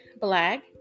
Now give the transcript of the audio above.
Black